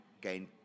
gain